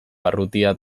barrutia